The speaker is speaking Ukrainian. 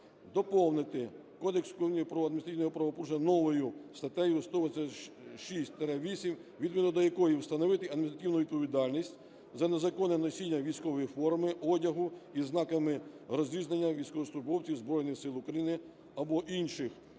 правопорушення новою статтею 186-8, відповідно до якої встановити адміністративну відповідальність за незаконне носіння військової форми, одягу із знаками розрізнення військовослужбовців Збройних Сил України або інших